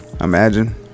Imagine